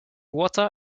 water